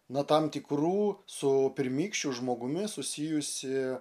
na tam tikrų su pirmykščiu žmogumi susijusi